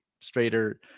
straighter